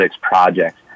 projects